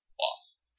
lost